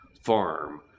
farm